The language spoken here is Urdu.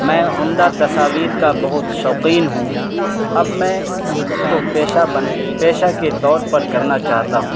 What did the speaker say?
میں عمدہ تصاویر کا بہت شوقین ہوں اب میں اس کو پیشہ بن پیشہ کے طور پر کرنا چاہتا ہوں